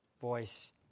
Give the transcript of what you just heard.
voice